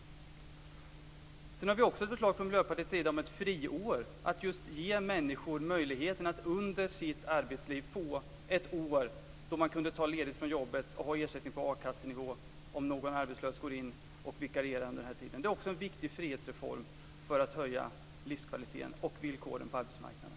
Miljöpartiet har också ett förslag om ett friår för att ge människor möjlighet att under sitt arbetsliv få ett år då de kunde ta ledigt från jobbet och få ersättning på a-kassenivå om någon arbetslös går in och vikarierar under denna tid. Det är också en viktigt frihetsreform för att höja livskvaliteten och villkoren på arbetsmarknaden.